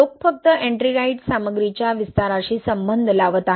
लोक फक्त एट्रिंगाइट सामग्रीच्या विस्ताराशी संबंध लावत आहेत